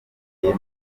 cyane